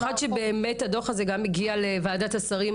במיוחד כשהדוח הזה הגיע גם לוועדת שרים